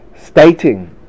stating